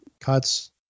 cuts